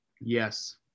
Yes